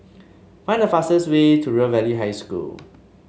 find the fastest way to River Valley High School